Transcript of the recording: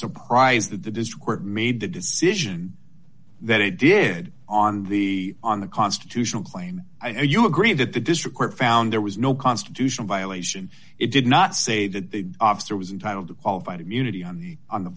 discord made the decision that it did on the on the constitutional claim i you agree that the district court found there was no constitutional violation it did not say that the officer was entitle to qualified immunity on the on the